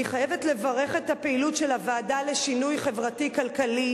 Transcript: אני חייבת לברך על הפעילות של הוועדה לשינוי חברתי-כלכלי,